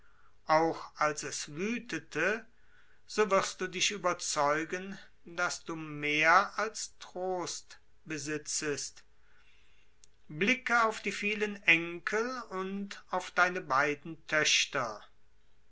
auch als es wüthete so wirst du dich überzeugen daß du mehr als trost besitzest blicke auf die vielen enkel und auf deine beiden töchter